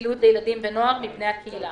ופעילות לילדים ונוער מבני הקהילה.